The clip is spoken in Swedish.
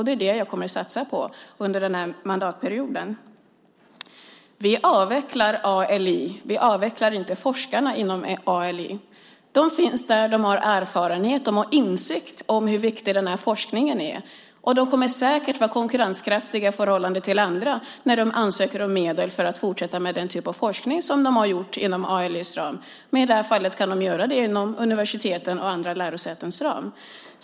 Det är det jag kommer att satsa på under den här mandatperioden. Vi avvecklar ALI - vi avvecklar inte forskarna inom ALI. De finns där. De har erfarenhet. De har också insikt om hur viktig den här forskningen är. De kommer säkert att vara konkurrenskraftiga i förhållande till andra när de ansöker om medel för att fortsätta med den typ av forskning som de har bedrivit inom ALI:s ram, men i det här fallet kan de göra det inom universitetens och andra lärosätens ram.